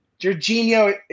Jorginho